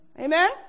Amen